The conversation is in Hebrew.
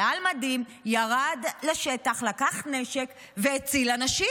עלה על מדים, ירד לשטח, לקח נשק והציל אנשים.